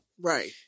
Right